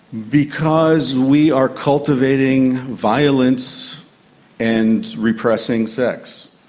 because we are cultivating violence and repressing sex,